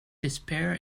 despair